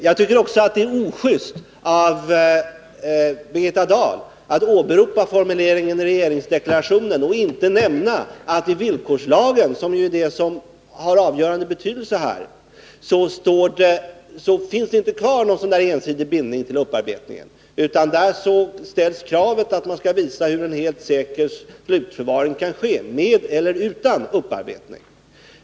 Jag tycker också att det är ojust av Birgitta Dahl att åberopa formuleringen i regeringsdeklarationen utan att nämna att det i villkorslagen, som ju är det som har avgörande betydelse här, inte finns kvar någon sådan ensidig bindning till upparbetningen utan där ställs kravet att man skall visa hur en helt säker slutförvaring kan ske med eller utan upparbetning.